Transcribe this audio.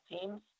teams